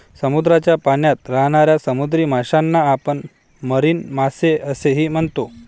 समुद्राच्या पाण्यात राहणाऱ्या समुद्री माशांना आपण मरीन मासे असेही म्हणतो